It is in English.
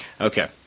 Okay